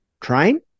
train